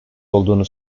olduğunu